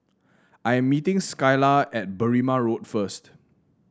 I'm meeting Skylar at Berrima Road first